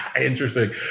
Interesting